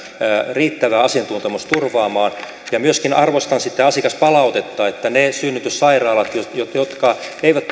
riittävä asiantuntemus turvaamaan ja myöskin arvostan sitä asiakaspalautetta että ne synnytyssairaalat jotka eivät